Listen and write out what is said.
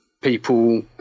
people